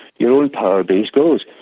your own powerbase goes.